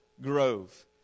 grove